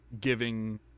giving